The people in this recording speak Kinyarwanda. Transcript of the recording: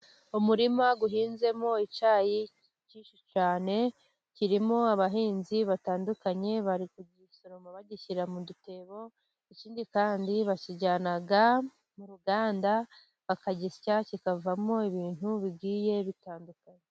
Umurima uhinzemo icyayi cyinshi cyane, kirimo abahinzi batandukanye, bari kugishira mu dutebo ikindi kandi bakijyana mu ruganda bakagisya kikavamo ibintu bigiye bitandukanye.